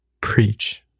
preach